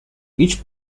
each